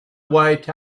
wait